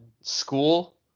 school